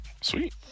sweet